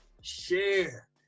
share